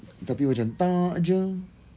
tapi macam tak jer